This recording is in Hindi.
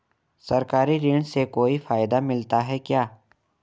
सरकारी ऋण से कोई फायदा मिलता है क्या?